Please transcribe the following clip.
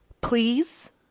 please